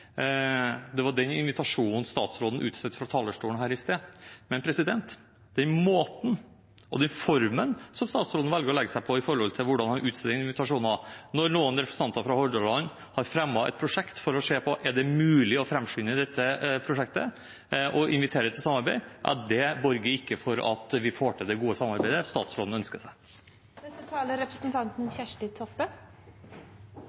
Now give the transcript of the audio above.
Det var den invitasjonen statsråden utstedte fra talerstolen her i sted. Men den måten og den formen som statsråden velger å legge seg på når det gjelder hvordan han utsteder invitasjoner, når noen representanter fra Hordaland har fremmet et prosjekt for å se på om det er mulig å framskynde dette prosjektet og inviterer til samarbeid, borger ikke for at vi får til det gode samarbeidet som statsråden ønsker